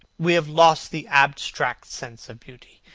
we have lost the abstract sense of beauty.